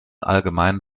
allgemein